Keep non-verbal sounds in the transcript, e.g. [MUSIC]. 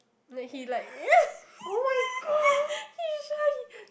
that he like [LAUGHS] he is shy he